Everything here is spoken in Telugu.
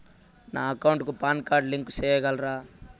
నా అకౌంట్ కు పాన్ కార్డు లింకు సేయగలరా?